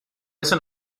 eso